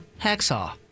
hacksaw